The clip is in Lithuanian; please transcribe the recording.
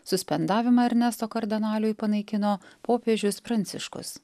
suspendavimą ernesto kardanaliui panaikino popiežius pranciškus